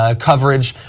ah coverage,